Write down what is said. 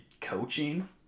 coaching